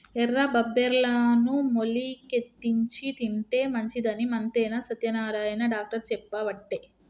ఎర్ర బబ్బెర్లను మొలికెత్తిచ్చి తింటే మంచిదని మంతెన సత్యనారాయణ డాక్టర్ చెప్పబట్టే